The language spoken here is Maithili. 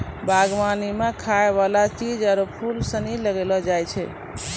बागवानी मे खाय वाला चीज आरु फूल सनी लगैलो जाय छै